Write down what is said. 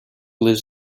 lives